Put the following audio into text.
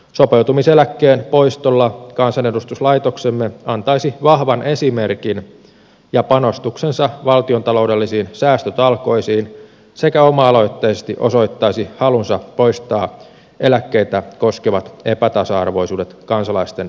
sopeutumiseläkkeen poistolla kansanedustuslaitoksemme antaisi vahvan esimerkin ja panostuksensa valtiontaloudellisiin säästötalkoisiin sekä oma aloitteisesti osoittaisi halunsa poistaa eläkkeitä koskevat epätasa arvoisuudet kansalaisten väliltä